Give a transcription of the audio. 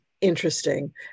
interesting